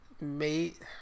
Mate